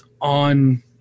on